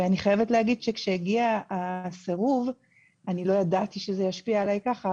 ואני חייבת להגיד שכאשר הגיע הסירוב אני לא ידעתי שזה ישפיע עלי ככה,